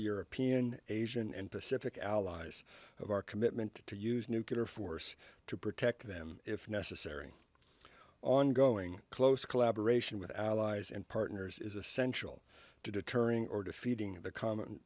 european asian and pacific allies of our commitment to use nuclear force to protect them if necessary ongoing close collaboration with allies and partners is essential to deterring or defeating the common